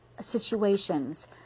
situations